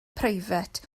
preifat